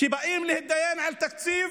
כשבאים להתדיין על תקציב,